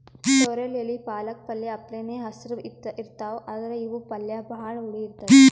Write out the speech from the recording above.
sorrel ಎಲಿ ಪಾಲಕ್ ಪಲ್ಯ ಅಪ್ಲೆನೇ ಹಸ್ರ್ ಇರ್ತವ್ ಆದ್ರ್ ಇವ್ ಪಲ್ಯ ಭಾಳ್ ಹುಳಿ ಇರ್ತವ್